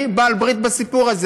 אני בעל ברית בסיפור הזה.